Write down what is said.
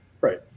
Right